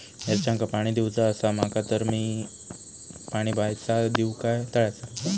मिरचांका पाणी दिवचा आसा माका तर मी पाणी बायचा दिव काय तळ्याचा?